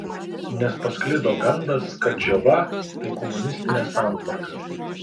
nes pasklido gandas kad džiova tai komunistinė santvarka